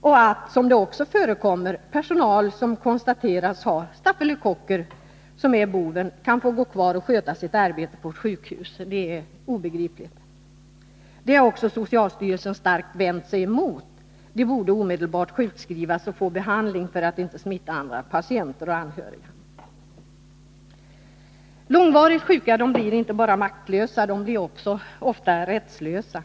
Det förekommer också att personal som har konstaterats ha stafylokocker, vilka är boven, kan få gå kvar och sköta sitt arbete på ett sjukhus. Det är obegripligt. Det har också socialstyrelsen starkt vänt sig emot. Dessa anställda borde omedelbart sjukskrivas och få behandling för att inte smitta andra, patienter och anhöriga. Långvarigt sjuka blir inte bara maktlösa — de blir ofta också rättslösa.